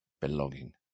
belonging